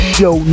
Show